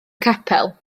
capel